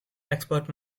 export